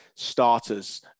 starters